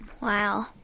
Wow